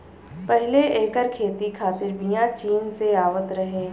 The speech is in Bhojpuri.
पहिले एकर खेती खातिर बिया चीन से आवत रहे